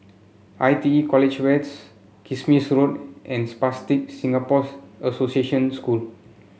I T E College ways Kismis Road and Spastic Singapore's Association School